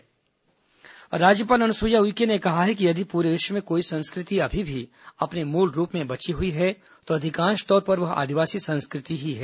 राज्यपाल आदिवासी महासम्मेलन राज्यपाल अनुसुईया उइके ने कहा है कि यदि पूरे विश्व में कोई संस्कृति अभी भी अपने मूलरूप में बची हुई है तो अधिकांश तौर पर वह आदिवासी संस्कृति ही है